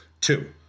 two